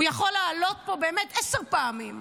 הוא יכול לעלות פה עשר פעמים,